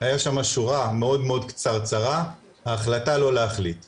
הייתה שם שורה מאוד קצרצרה "ההחלטה לא להחליט כרגע",